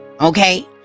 okay